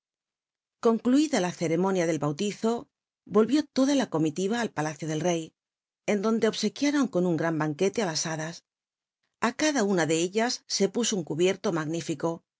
concluida la ceremonia del baulir o yoh ió toda la comi tint al palacio del rey en dond e obsequiaron con un gran ballcjucle á las hadas cada una de ella se pu o un cubierto magnífico